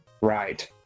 right